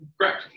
Correct